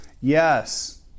Yes